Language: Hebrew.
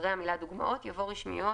אחרי המילה "דוגמאות" יבוא "רשמיות".